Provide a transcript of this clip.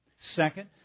Second